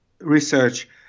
research